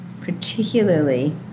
particularly